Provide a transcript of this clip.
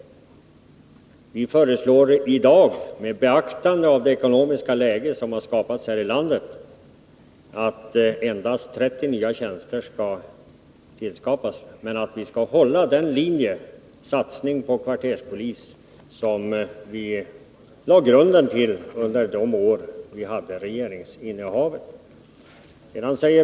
I dag föreslår vi, med beaktande av det ekonomiska läge som har skapats här i landet, att endast 30 nya tjänster inrättas. Men vi vill hålla den linje — satsning på kvarterspolis — som vi drog upp under de år då vi hade regeringsinnehavet.